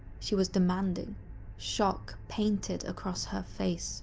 she was demanding shock painted across her face